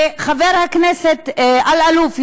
וחבר הכנסת אלאלוף,